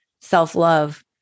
self-love